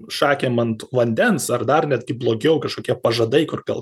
šakėm ant vandens ar dar netgi blogiau kažkokie pažadai kur gal